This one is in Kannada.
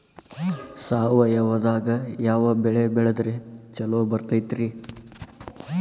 ಸಾವಯವದಾಗಾ ಯಾವ ಬೆಳಿ ಬೆಳದ್ರ ಛಲೋ ಬರ್ತೈತ್ರಿ?